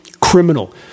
criminal